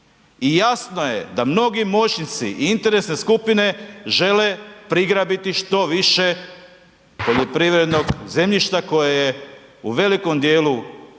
i jasno je da mnogi moćnici i interesne skupine žele prigrabiti što više poljoprivrednog zemljišta koje je u velikom dijelu i uređeno